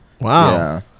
Wow